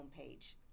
homepage